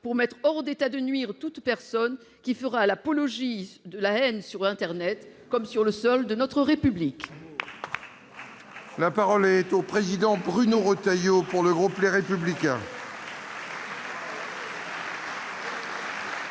pour mettre hors d'état de nuire toute personne qui répandrait la haine sur internet comme sur le sol de notre République. La parole est à M. Bruno Retailleau, pour le groupe Les Républicains. « Il faut